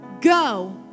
Go